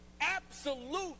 absolute